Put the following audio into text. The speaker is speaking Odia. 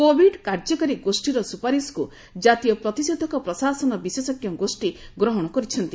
କୋବିଡ୍ କାର୍ଯ୍ୟକାରୀ ଗୋଷୀର ସୁପାରିଶକୁ ଜାତୀୟ ପ୍ରତିଷେଧକ ପ୍ରଶାସନ ବିଶେଷଜ୍ଞ ଗୋଷୀ ଗ୍ରହଣ କରିଛନ୍ତି